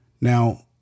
Now